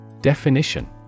Definition